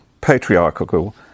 patriarchal